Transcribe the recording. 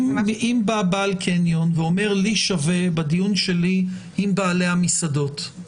אם בא בעל קניון ואומר שלו שווה ולאחר דיון שלו עם בעלי המסעדות,